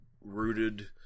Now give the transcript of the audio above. rooted